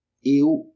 Eu